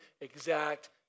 exact